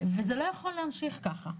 וזה לא יכול להמשיך ככה.